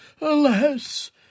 Alas